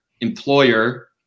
employer